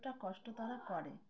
কষ্ট তারা করে